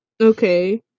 Okay